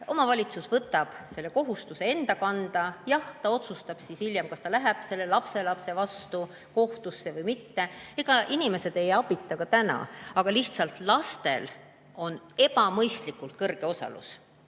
omavalitsus võtab selle kohustuse enda kanda. Jah, ta otsustab hiljem, kas ta läheb selle lapselapse vastu kohtusse või mitte. Ega inimesed ei jää abita ka praegu, aga lihtsalt lastel on ebamõistlikult suur osalus.